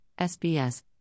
SBS